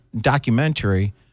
documentary